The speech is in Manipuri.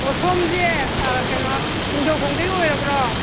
ꯑꯣ ꯁꯣꯝꯁꯦ ꯀꯩꯅꯣ ꯅꯤꯡꯊꯧꯈꯣꯡꯗꯩ ꯑꯣꯏꯔꯕ꯭ꯔꯣ